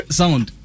sound